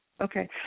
okay